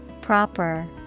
Proper